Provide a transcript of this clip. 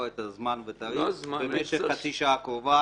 את הזמן והתאריך במשך חצי השעה הקרובה,